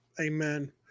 Amen